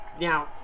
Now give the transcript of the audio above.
Now